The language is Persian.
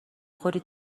خوری